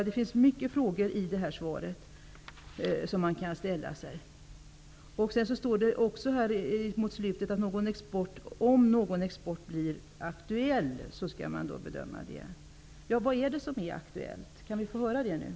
Det finns mycket i det här svaret som kan man ställa sig frågande inför. Det står också i slutet av svaret att om någon export blir aktuell skall en bedömning göras. Kan vi nu få höra vad det är som är aktuellt?